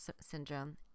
syndrome